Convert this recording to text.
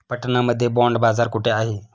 पटना मध्ये बॉंड बाजार कुठे आहे?